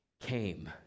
came